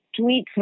tweet